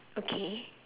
okay